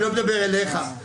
אני לא מדבר עליך.